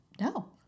no